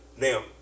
now